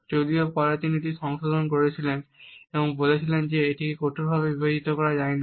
যদিও পরে তিনি এটি সংশোধন করেছিলেন এবং বলেছিলেন যে এটিকে কঠোরভাবে বিভাজিত করা যায় না